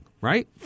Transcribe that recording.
right